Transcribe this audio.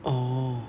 orh